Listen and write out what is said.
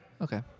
Okay